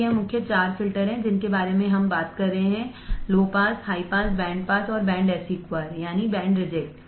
तो यह मुख्य चार फिल्टर हैं जिनके बारे में हम बात कर रहे हैं कम पास उच्च पास बैंड पास और बैंड अस्वीकार